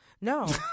No